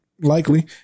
Likely